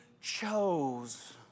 chose